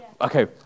Okay